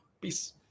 Peace